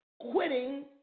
quitting